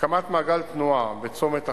הקמת מעגל תנועה בצומת האכסניה,